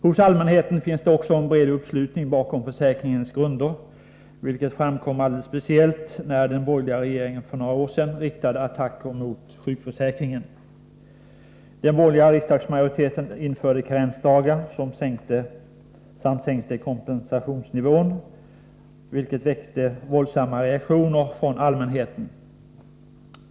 Hos allmänheten finns också en bred uppslutning bakom försäkringens grunder, vilket framkom alldeles speciellt när den borgerliga regeringen för några år sedan riktade attacker mot sjukförsäkringen. Den borgerliga riksdagsmajoriteten införde karensdagar samt sänkte kompensationsnivån, vilket väckte våldsamma reaktioner från allmänheten.